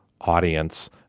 audience